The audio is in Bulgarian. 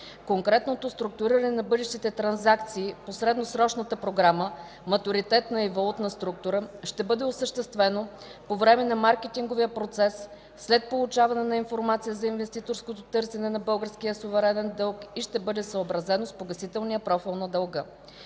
Конкретното структуриране на бъдещите транзакции по средносрочната програма (матуритетна и валутна структура) ще бъде осъществено по време на маркетинговия процес, след получаване на информация за инвеститорското търсене на българския суверенен дълг и ще бъде съобразено с погасителния профил на дълга.